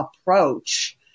approach